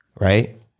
right